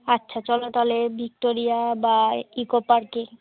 আচ্ছা চলো তাহলে ভিক্টোরিয়া বা ইকো পার্কেই